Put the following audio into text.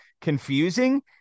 confusing